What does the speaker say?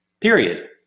Period